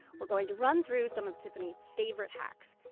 we're going to run through some of tiffany's favorite hacks.